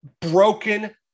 broken